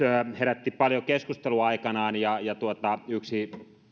herätti paljon keskustelua aikanaan ja yksi